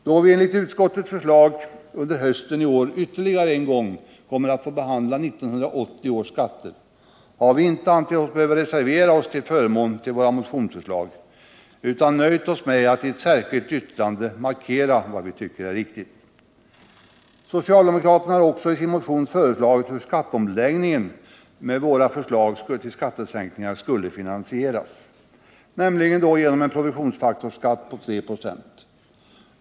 Då vi enligt utskottets förslag under hösten i år ytterligare en gång kommer att få behandla 1980 års skatter har vi inte ansett oss behöva reservera oss till förmån för våra motionsförslag utan nöjt oss med att i ett särskilt yttrande markera vad vi tycker. Socialdemokraterna har också i sin motion föreslagit hur skatteomläggningen och våra förslag till skattesänkningar skall finansieras, nämligen genom en produktionsfaktorsskatt på 3 96.